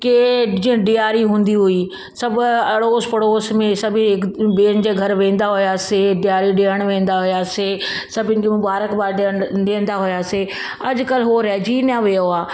की जीअं ॾीआरी हूंदी हुई सभु अड़ोस पड़ोस में सभई ॿियनि जे घर वेंदा हुआसीं ॾियण वेंदा हुआसीं सभिनि जूं मुबारक़बाद ॾींदा हुआसीं अॼुकल्हि उहो रहजी न वियो आहे